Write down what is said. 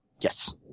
Yes